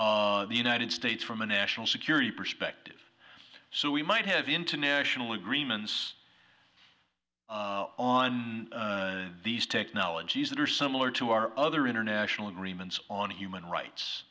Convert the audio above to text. challenges the united states from a national security perspective so we might have international agreements on these technologies that are similar to our other international agreements on human rights